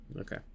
Okay